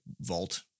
vault